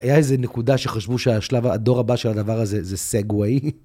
היה איזה נקודה שחשבו שהשלב, הדור הבא של הדבר הזה זה סגואי.